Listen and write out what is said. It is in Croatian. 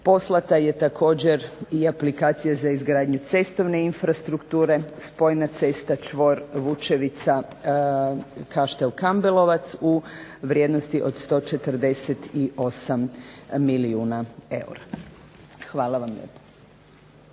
Poslana je također i aplikacija za izgradnju cestovne infrastrukture – spojna cesta čvor Vučevica-Kaštel Kambelovac u vrijednosti od 148 milijuna eura. Hvala vam lijepo.